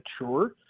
mature